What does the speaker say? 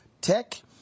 Tech